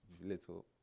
little